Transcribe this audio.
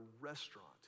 restaurant